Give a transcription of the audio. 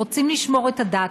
הם רוצים לשמור את הדת,